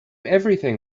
everything